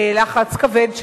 בלחץ כבד שלי,